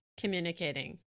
communicating